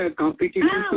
competition